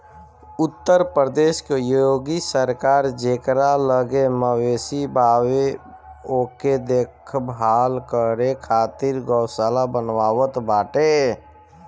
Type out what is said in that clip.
उत्तर प्रदेश के योगी सरकार जेकरा लगे मवेशी बावे ओके देख भाल करे खातिर गौशाला बनवावत बाटे